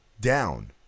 down